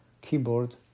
keyboard